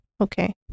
Okay